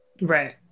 Right